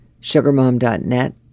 sugarmom.net